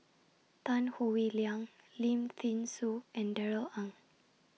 Tan Howe Liang Lim Thean Soo and Darrell Ang